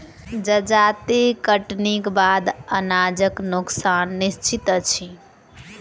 जजाति कटनीक बाद अनाजक नोकसान निश्चित अछि